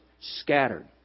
scattered